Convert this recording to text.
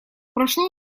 прошло